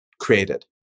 created